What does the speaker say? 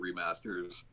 remasters